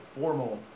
formal